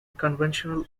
conventional